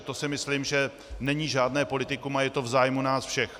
To si myslím, že není žádné politikum a je to v zájmu nás všech.